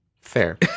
Fair